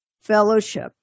fellowship